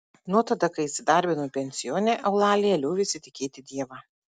nuo tada kai įsidarbino pensione eulalija liovėsi tikėti dievą